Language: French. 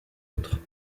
autres